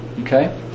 Okay